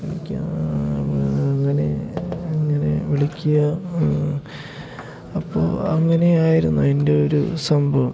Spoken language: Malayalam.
അങ്ങനെ ഇങ്ങനെ വിളിക്കുക ആ അപ്പോൾ അങ്ങനെയായിരുന്നു എൻ്റെ ഒരു സംഭവം